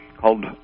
called